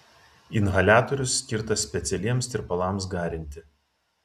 inhaliatorius skirtas specialiems tirpalams garinti